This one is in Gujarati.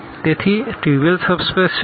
તેથી ટ્રીવીઅલ સબ સ્પેસ શું છે